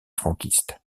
franquiste